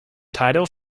title